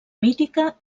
mítica